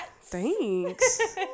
Thanks